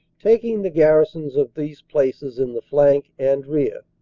taking the garrisons of these places in the flank and rear.